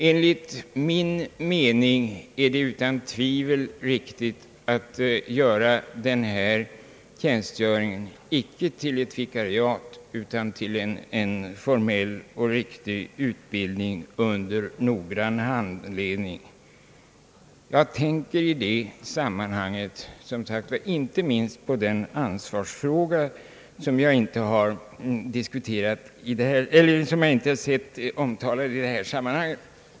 Enligt min mening är det utan tvivel viktigt att ordna denna tjänstgöring icke som en vikariatstjänstgöring utan som en formell och riktig utbildning under noggrann handledning. Jag tänker som sagt inte minst på ansvarsfrågan, som jag inte har sett omtalad i detta sammanhang.